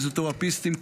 פיזיותרפיסטים,